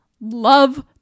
love